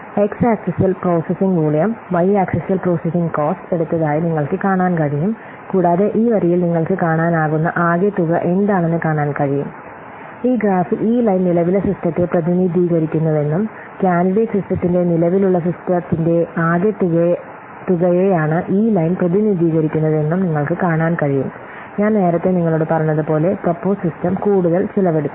X ആക്സിസിൽ processing volume y ആക്സിസിൽ processing cost എടുത്തതായി നിങ്ങൾക്ക് കാണാൻ കഴിയും കൂടാതെ ഈ വരിയിൽ നിങ്ങൾക്ക് കാണാനാകുന്ന ആകെ തുക എന്താണെന്ന് കാണാൻ കഴിയും ഈ ഗ്രാഫിൽ ഈ ലൈൻ നിലവിലെ സിസ്റ്റത്തെ പ്രതിനിധീകരിക്കുന്നുവെന്നും കാൻഡിഡേറ്റ് സിസ്റ്റത്തിന്റെ നിലവിലുള്ള സിസ്റ്റത്തിന്റെ ആകെത്തുകയെയാണ് ഈ ലൈൻ പ്രതിനിധീകരിക്കുന്നതെന്നും നിങ്ങൾക്ക് കാണാൻ കഴിയും ഞാൻ നേരത്തെ നിങ്ങളോട് പറഞ്ഞതുപോലെ പ്രൊപ്പോസ് സിസ്റ്റം കൂടുതൽ ചെലവ് എടുക്കും